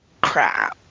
Crap